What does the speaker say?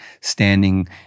standing